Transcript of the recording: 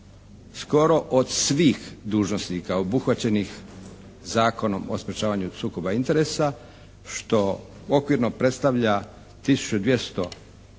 skoro od svih dužnosnika obuhvaćenih Zakonom o sprječavanju sukoba interesa, što okvirno predstavlja tisuću